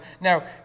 Now